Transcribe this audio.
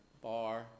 bar